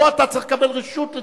פה אתה צריך לקבל רשות לדבר,